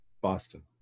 Boston